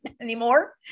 anymore